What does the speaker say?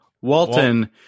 Walton